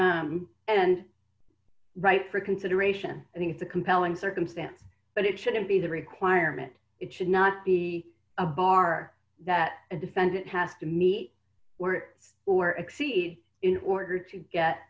circumstance and right for consideration i think it's a compelling circumstance but it shouldn't be a requirement it should not be a bar that a defendant has to meet where or exceed in order to get